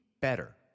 better